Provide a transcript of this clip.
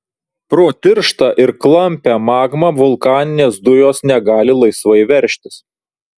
pro tirštą ir klampią magmą vulkaninės dujos negali laisvai veržtis